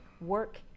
work